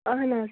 اہن حظ